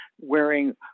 wearing